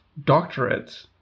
doctorates